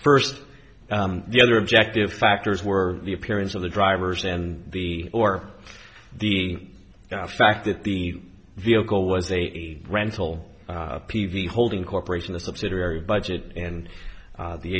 first the other objective factors were the appearance of the drivers and the or the fact that the vehicle was a rental p v holding corporation the subsidiary budget and